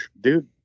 dude